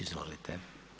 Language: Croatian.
Izvolite.